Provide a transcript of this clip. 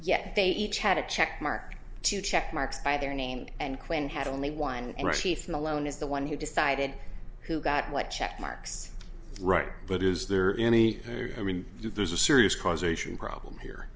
yet they each had a check mark to check marks by their name and quinn had only one iraqi from the loan is the one who decided who got what check marks right but is there any i mean there's a serious causation problem here